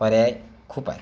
पर्याय खूप आहेत